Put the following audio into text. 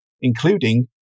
including